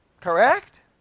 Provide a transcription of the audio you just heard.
Correct